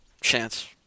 chance